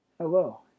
hello